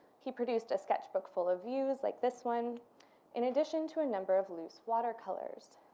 he produced a sketchbook full of views like this one in addition to a number of loose watercolors.